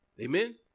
Amen